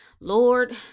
Lord